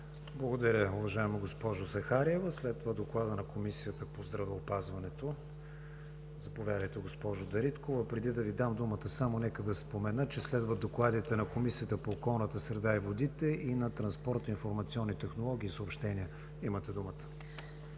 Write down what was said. Благодаря, уважаема госпожо Захариева. Следва Докладът на Комисията по здравеопазването. Заповядайте, госпожо Дариткова. Преди да Ви дам думата, само да спомена, че следват докладите на Комисията по околната среда и водите и на Комисията по транспорт, информационни технологии и съобщения. Имате думата.